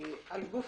על גוף